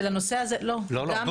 להנצחה, לא למיצוי זכויות.